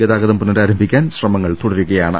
ഗതാഗതം പുനരാരംഭിക്കാൻ ശ്രമങ്ങൾ തുടരു കയാണ്